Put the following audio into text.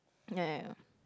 ya ya ya